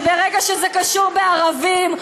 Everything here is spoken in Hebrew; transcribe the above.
שברגע שזה קשור בערבים,